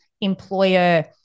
employer